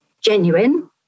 genuine